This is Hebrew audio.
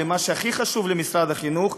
למה שהכי חשוב למשרד החינוך,